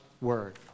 word